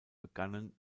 begannen